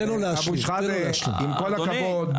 עם כל הכבוד,